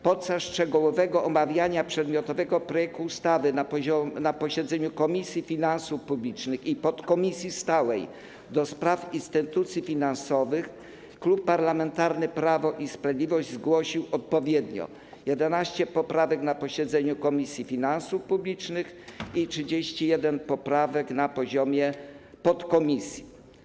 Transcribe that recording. Podczas szczegółowego omawiania przedmiotowego projektu ustawy na posiedzeniu Komisji Finansów Publicznych i podkomisji stałej do spraw instytucji finansowych Klub Parlamentarny Prawo i Sprawiedliwość zgłosił odpowiednio 11 poprawek na posiedzeniu Komisji Finansów Publicznych i 31 poprawek na poziomie podkomisji.